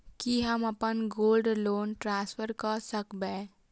की हम अप्पन gold loan transfer करऽ सकबै?